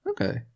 Okay